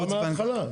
תקרא מההתחלה.